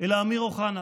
אלא אמיר אוחנה.